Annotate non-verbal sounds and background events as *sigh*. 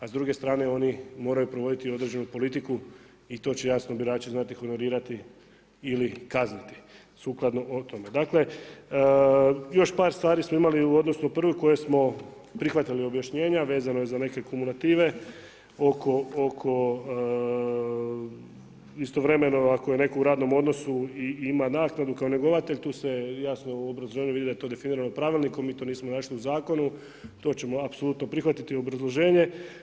A s druge strane, oni moraju provoditi određenu politiku i to će jasno birači znati kumulirati ili kazniti, sukladno … *unintelligible* Dakle, još par stvari smo imali u odnosu na prvu, koju smo prihvatili objašnjenja, vezano je za neke kumulative, oko istovremeno, ako je netko u radnom odnosu i ima naknadu kao njegovatelj, tu se jasno u obrazovanju vidi da je to definirano pravilnikom, mi to nismo našli u zakonu, to ćemo apsolutno prihvatiti obrazloženje.